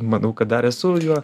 manau kad dar esu juo